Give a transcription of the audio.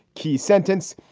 key sentence.